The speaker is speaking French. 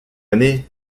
année